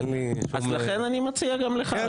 אין לי שום --- אז לכן אני מציע גם לך.